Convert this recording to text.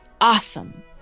awesome